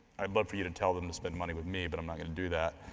i'd love for you to tell them to spend money with me but i'm not gonna do that.